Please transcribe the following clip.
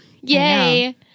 yay